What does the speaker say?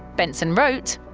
benson wrote,